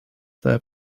their